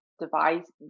device